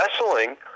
wrestling